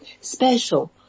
special